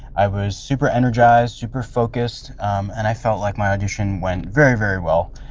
i was super energized super focused and i felt like my audition went very very well.